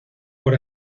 por